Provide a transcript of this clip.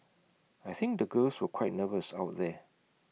I think the girls were quite nervous out there